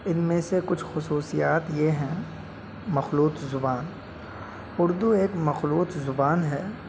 ان میں سے کچھ خصوصیات یہ ہیں مخلوط زبان اردو ایک مخلوط زبان ہے